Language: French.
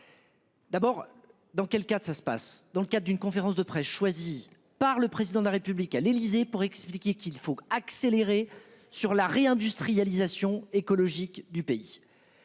D'abord dans quel cadre ça se passe dans le cas d'une conférence de presse, choisi par le président de la République à l'Élysée pour expliquer qu'il faut accélérer sur la réindustrialisation écologique du pays.